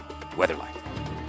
weatherlight